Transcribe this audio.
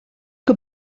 que